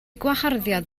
gwaharddiad